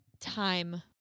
Time